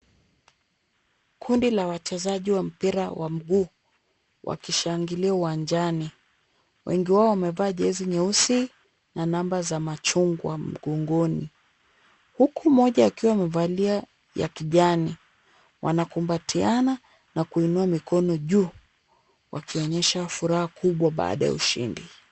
Kundi la wachezaji wa mpira wa mguu wakishiangilia uwanjani. Wengi wao wamevaa jezi nyeusi, na namba za machungwa mgongoni. Huku moja akiwa amevalia ya kijani, wanakumbatiana na kuinua mikono juu. Wakionyesha furaha kubwa baada ya ushindi.